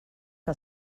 que